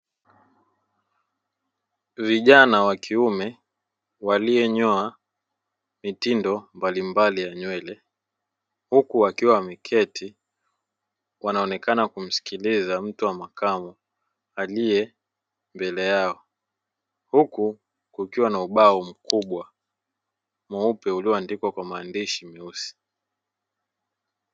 Vijana wa kiume walionyoa mitindo mbalimbali ya nywele, huku wakiwa wameketi wakionekana kumsikiliza mtu wa makamu aliye mbele yao, huku kukiwa na ubao mkubwa mweupe ulioandikwa kwa maandishi meusi.